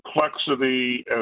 complexity